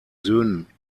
söhnen